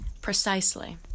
Precisely